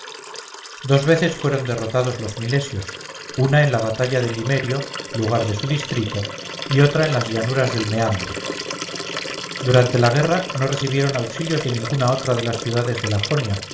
dos veces fueron derrotados los milesios una en la batalla de limenio lugar de su distrito y otra en las llanuras del meandro durante la guerra no recibieron auxilios de ninguna otra de las ciudades de la jonia